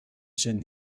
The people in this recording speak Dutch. zin